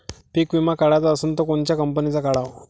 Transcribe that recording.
पीक विमा काढाचा असन त कोनत्या कंपनीचा काढाव?